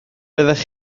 byddech